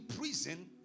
prison